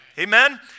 Amen